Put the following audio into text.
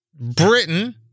Britain